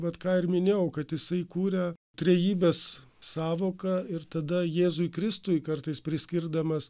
vat ką ir minėjau kad jisai kūrė trejybės sąvoką ir tada jėzui kristui kartais priskirdamas